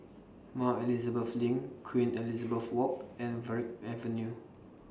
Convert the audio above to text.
More Elizabeth LINK Queen Elizabeth Walk and Verde Avenue